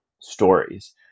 stories